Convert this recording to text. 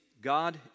God